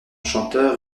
chanteur